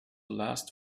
last